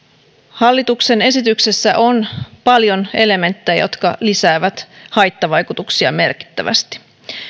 hallituksen esityksessä on paljon elementtejä jotka lisäävät haittavaikutuksia merkittävästi